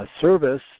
Service